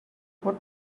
what